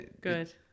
Good